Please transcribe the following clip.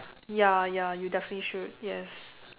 ya ya you definitely should yes